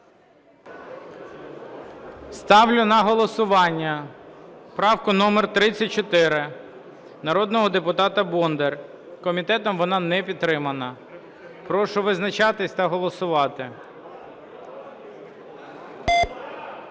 Ставлю на голосування правку номер 34 народного депутата Бондар. Комітетом вона не підтримана. Прошу визначатись та голосувати.